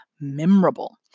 memorable